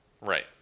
Right